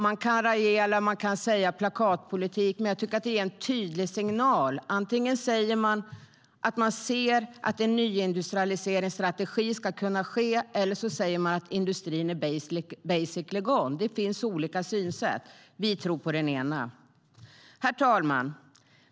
Man kan raljera och tala om plakatpolitik. Men jag tycker att det ger en tydlig signal. Antingen säger man att man ser att en nyindustrialisering ska kunna ske eller också säger man att industrin är basically gone. Det finns olika synsätt. Vi tror på det ena. Herr ålderspresident!